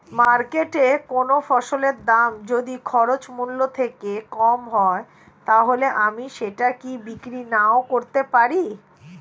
মার্কেটৈ কোন ফসলের দাম যদি খরচ মূল্য থেকে কম হয় তাহলে আমি সেটা কি বিক্রি নাকরতেও পারি?